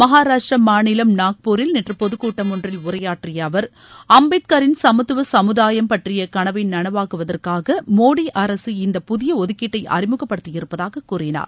மகாராஷ்டிர மாநிலம் நாக்பூரில் நேற்று பொதுக் கூட்டம் ஒன்றில் உரையாற்றிய அவர் அம்பேத்கரின் சமத்துவ சமுதாயம் பற்றிய கனவை நனவாக்குவதற்காக மோடி அரசு இந்த புதிய ஒதுக்கீட்டை அறிமுகப்படுத்தி இருப்பதாக கூறினார்